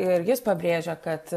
ir jis pabrėžia kad